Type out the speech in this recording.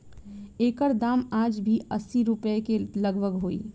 एकर दाम आज भी असी रुपिया के लगभग होई